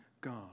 God